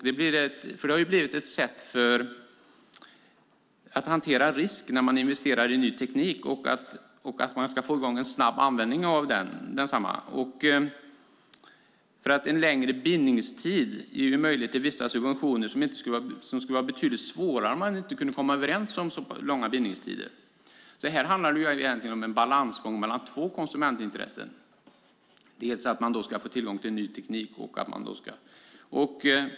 Det har ju blivit ett sätt att hantera risk när man investerar i ny teknik och att få i gång en snabb användning av densamma. En längre bindningstid ger möjlighet till vissa subventioner. Det skulle vara betydligt svårare om man inte kunde komma överens om så långa bindningstider. Här handlar det egentligen om en balansgång mellan två konsumentintressen, bland annat att man ska få tillgång till ny teknik.